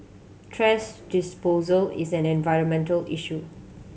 thrash disposal is an environmental issue